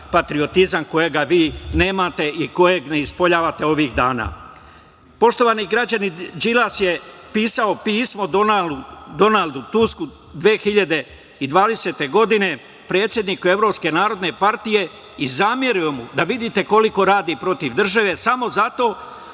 patriotizam kojega vi nemate i kojeg ne ispoljavate ovih dana. Poštovani građani, Đilas je pisao pismo Donaldu Tusku 2020. godine, predsedniku Evropske narodne partije, i zamerio mu, da vidite koliko radi protiv države, samo zato